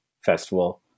festival